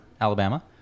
alabama